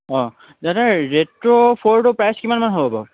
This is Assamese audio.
অঁ দাদা ৰেট্ৰ' ফোৰটোৰ প্ৰাইচ কিমানমান হ'ব বাৰু